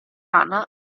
rana